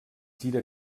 gira